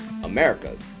America's